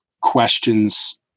questions